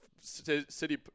city